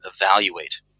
evaluate